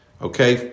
Okay